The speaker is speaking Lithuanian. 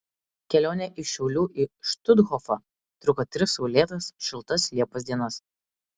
kelionė iš šiaulių į štuthofą truko tris saulėtas šiltas liepos dienas